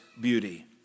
beauty